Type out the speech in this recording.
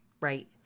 Right